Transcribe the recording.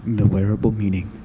the wearable meeting.